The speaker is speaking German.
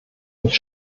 mich